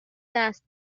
دست